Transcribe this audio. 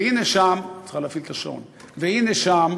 והנה שם, את צריכה להפעיל את השעון והנה שם,